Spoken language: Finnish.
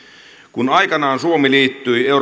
kun aikanaan suomi liittyi